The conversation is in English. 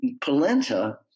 polenta